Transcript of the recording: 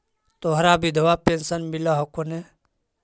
तोहरा विधवा पेन्शन मिलहको ने?